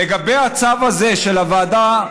לגבי הצו הזה של הוועדה,